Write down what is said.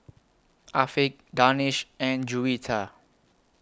Afiq Danish and Juwita